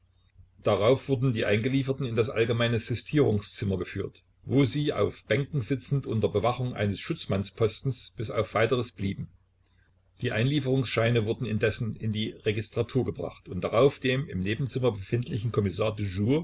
darauf wurden die eingelieferten in das allgemeine sistierungszimmer geführt wo sie auf bänken sitzend unter bewachung eines schutzmannspostens bis auf weiteres blieben die einlieferungsscheine wurden indessen in die registratur gebracht und darauf dem im nebenzimmer befindlichen kommissar